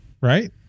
right